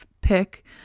pick